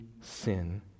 sin